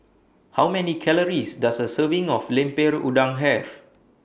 How Many Calories Does A Serving of Lemper Udang Have